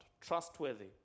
trustworthy